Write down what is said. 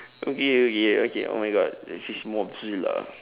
okay okay okay oh my god this is mothzilla